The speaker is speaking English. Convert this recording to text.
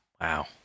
Wow